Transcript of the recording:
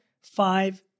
five